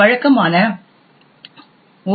வழக்கமான ஓ